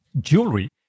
Jewelry